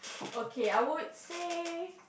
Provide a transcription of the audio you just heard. okay I would say